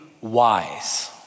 wise